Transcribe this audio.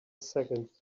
seconds